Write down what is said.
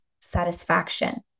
satisfaction